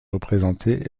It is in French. représenter